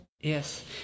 Yes